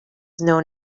known